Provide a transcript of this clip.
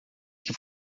que